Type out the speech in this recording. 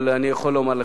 אבל אני יכול לומר לך,